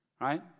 Right